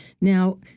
Now